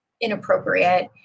inappropriate